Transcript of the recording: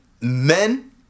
men